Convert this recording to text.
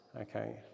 okay